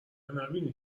نبینی